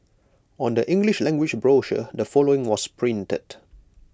on the English language brochure the following was printed